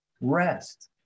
rest